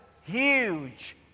huge